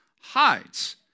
hides